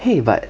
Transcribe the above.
!hey! but